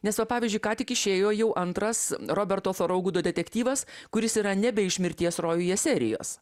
nes va pavyzdžiui ką tik išėjo jau antras roberto foraugudo detektyvas kuris yra nebe iš mirties rojuje serijos